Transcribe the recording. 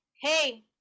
hey